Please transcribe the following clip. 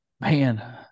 Man